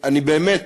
אני באמת